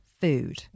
food